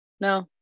No